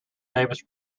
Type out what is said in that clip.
davis